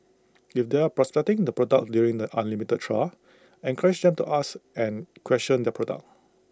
if they are prospecting the product during the unlimited trial encourage them to ask and question the product